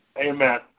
Amen